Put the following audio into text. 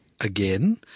again